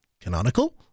Canonical